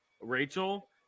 Rachel